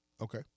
Okay